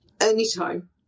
Anytime